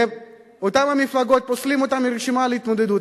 ואת אותן מפלגות פוסלים מהתמודדות,